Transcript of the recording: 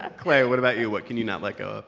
ah clay, what about you? what can you not let go of?